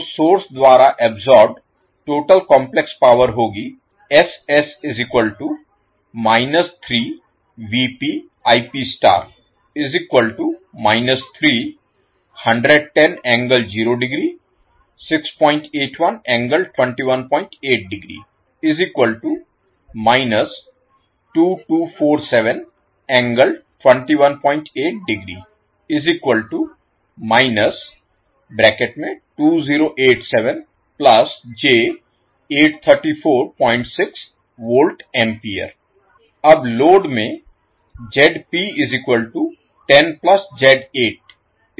तो सोर्स द्वारा absorbed total complex power होगी अब लोड में और होता है